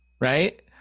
Right